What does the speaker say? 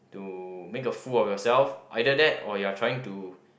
to make of fool of yourself either that or you are trying to